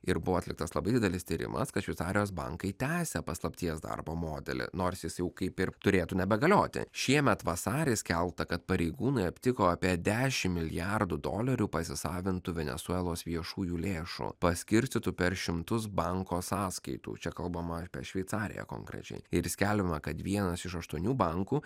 ir buvo atliktas labai didelis tyrimas kad šveicarijos bankai tęsia paslapties darbo modelį nors jis jau kaip ir turėtų nebegalioti šiemet vasarį skelbta kad pareigūnai aptiko apie dešimt milijardų dolerių pasisavintų venesuelos viešųjų lėšų paskirstytų per šimtus banko sąskaitų čia kalbama apie šveicariją konkrečiai ir skelbiama kad vienas iš aštuonių bankų